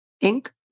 ink